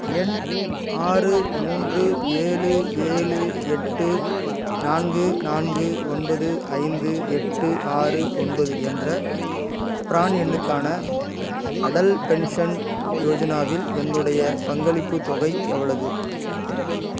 எண் ஆறு மூன்று ஏழு ஏழு எட்டு நான்கு நான்கு ஒன்பது ஐந்து எட்டு ஆறு ஒன்பது என்ற ப்ரான் எண்ணுக்கான அடல் பென்ஷன் யோஜனாவில் என்னுடைய பங்களிப்புத் தொகை எவ்வளவு